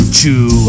Chew